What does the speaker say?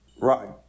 Right